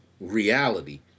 reality